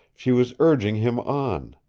she was urging him on.